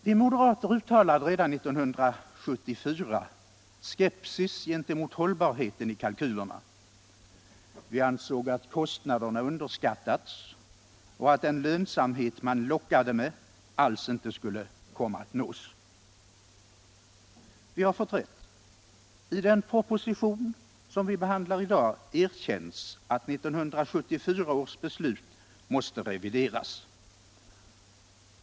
Vi moderater uttalade redan 1974 skepsis gentemot hållbarheten i kalkylerna. Vi ansåg att kostnaderna underskattats och att den lönsamhet man lockade med alls inte skulle komma att nås. Vi har fått rätt. I den proposition som vi behandlar i dag erkänns att 1974 års beslut måste revideras.